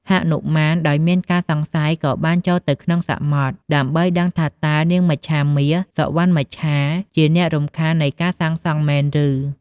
ហនុមានដោយមានការសង្ស័យក៏បានចូលទៅក្នុងសមុទ្រ ដើម្បីដឹងថាតើនាងមច្ឆាមាស សុវណ្ណមច្ឆា ជាអ្នករំខាននៃការកសាងមែនឬ។